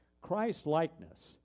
Christ-likeness